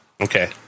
Okay